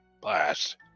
blast